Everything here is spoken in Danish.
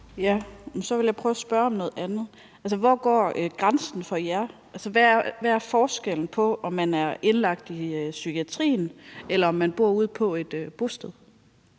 Så vil jeg prøve at spørge om noget andet. Hvor går grænsen for jer? Altså, hvad er forskellen på, at man er indlagt i psykiatrien, og at man bor ude på et bosted?